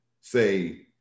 say